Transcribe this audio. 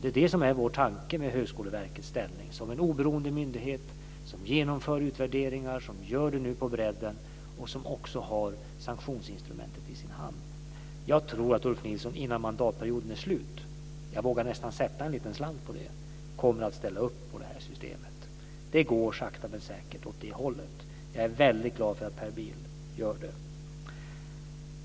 Det är detta som är vår tanke med Högskoleverkets ställning som en oberoende myndighet, som genomför utvärderingar på bredden och som också har sanktionsinstrumentet i sin hand. Jag vågar nästan sätta en liten slant på att Ulf Nilsson, innan mandatperioden är slut, kommer att ställa upp på det här systemet. Det går sakta men säkert åt det hållet. Jag är väldigt glad över att Per Bill ställer sig bakom det.